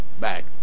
back